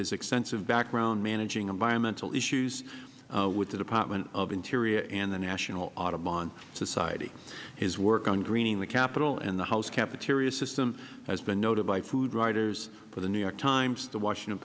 his extensive background managing environmental issues with the department of the interior and the national audubon society his work on greening the capital and the house cafeteria system has been noted by food writers for the new york times the washington